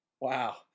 Wow